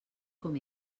com